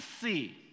see